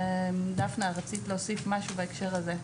דפנה, רצית להוסיף משהו בהקשר הזה,